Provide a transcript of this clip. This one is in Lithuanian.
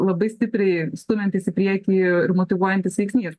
labai stipriai stumiantis į priekį ir motyvuojantis veiksnys